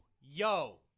yo